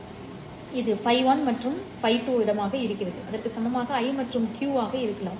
எனவே இது φ1 மற்றும் space2 இடமாக இருக்கலாம் அல்லது அதற்கு சமமாக I மற்றும் Q இடமாக இருக்கலாம்